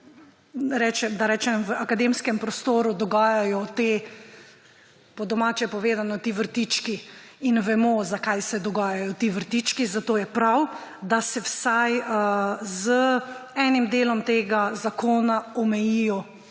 se tudi v akademskem prostoru dogajajo, po domače povedano, ti vrtički, in vemo, zakaj se dogajajo ti vrtički, zato je prav, da se vsaj z enim delom tega zakona ti